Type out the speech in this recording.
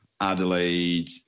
Adelaide